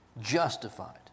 justified